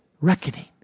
Reckoning